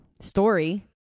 story